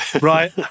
Right